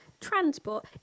Transport